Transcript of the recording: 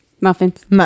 muffins